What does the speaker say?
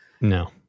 No